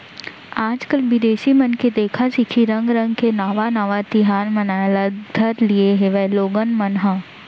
आजकाल बिदेसी मन के देखा सिखी रंग रंग के नावा नावा तिहार मनाए ल धर लिये हें लोगन मन ह